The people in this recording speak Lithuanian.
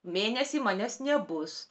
mėnesį manęs nebus